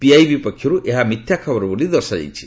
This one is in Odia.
ପିଆଇବି ପକ୍ଷରୁ ଏହା ମିଥ୍ୟା ଖବର ବୋଲି ଦର୍ଶାଯାଇଛି